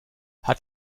hat